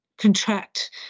Contract